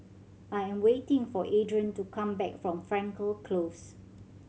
I am waiting for Adron to come back from Frankel Close